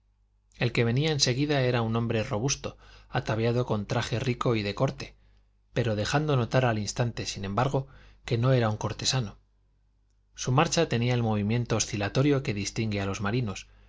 el que venía en seguida era un hombre robusto ataviado con traje rico y de corte pero dejando notar al instante sin embargo que no era un cortesano su marcha tenía el movimiento oscilatorio que distingue a los marinos